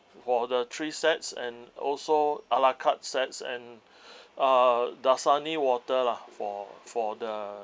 for the three sets and also ala carte sets and uh Dasani water lah for for the